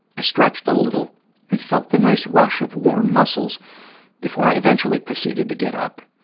i stretched a little and felt the nice rush of warm muscles before i eventually proceeded to get up,